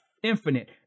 infinite